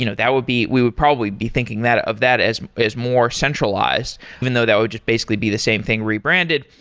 you know that would be we would probably be thinking of that as as more centralized, even though that would just basically be the same thing rebranded.